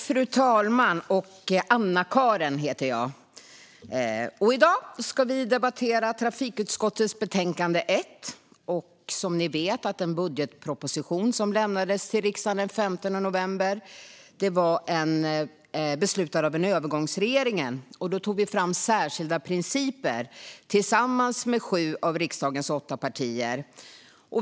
Fru talman! I dag ska vi debattera trafikutskottets betänkande 1. Ni vet att den budgetproposition som lämnades till riksdagen den 15 november beslutades av övergångsregeringen. Vi tog fram särskilda principer tillsammans med sju av riksdagens åtta partier.